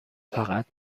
فقط